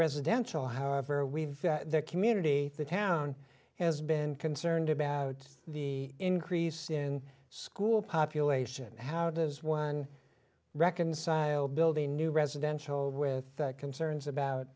residential however we've their community the town has been concerned about the increase in school population how does one reconcile building a new residential with concerns about